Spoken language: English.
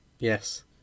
Yes